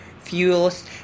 fuels